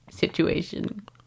situation